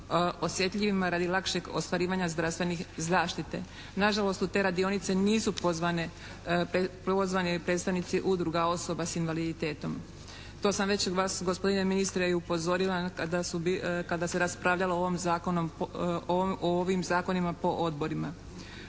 osjetljivima radi lakšeg ostvarivanja zdravstvene zaštite. Nažalost, u te radionice nisu pozvani predstavnici udruga osoba s invaliditetom. To sam već vas gospodine ministre i upozorila, kada se raspravljalo o ovim zakonima po odborima.